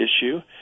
issue